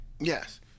yes